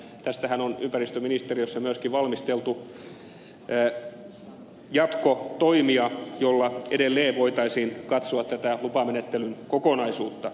tästähän on ympäristöministeriössä myöskin valmisteltu jatkotoimia joilla edelleen voitaisiin katsoa tätä lupamenettelyn koko naisuutta